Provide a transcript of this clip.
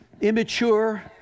immature